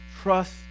Trust